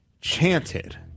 chanted